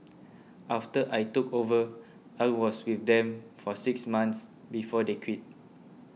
after I took over I was with them for six months before they quit